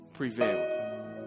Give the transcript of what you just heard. Prevailed